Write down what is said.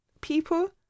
people